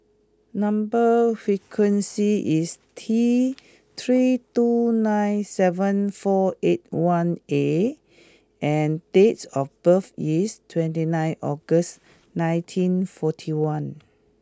number sequence is T three two nine seven four eight one A and dates of birth is twenty nine August nineteen forty one